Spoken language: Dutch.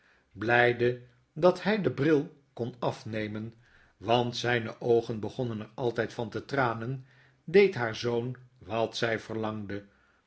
blfldc dat hy den bril kon afnemen want zpe oogen begonnen er altjjd van te tranen deed haar zoon wat zfr verlangde